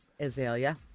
Azalea